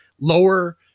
lower